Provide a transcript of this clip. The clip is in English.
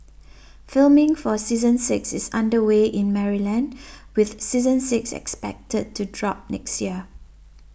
filming for season six is under way in Maryland with season six expected to drop next year